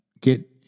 Get